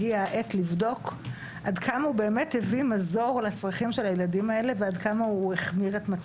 הגיעה העת לבדוק עד כמה הוא באמת הביא מזור לצרכים של הילדים האלה,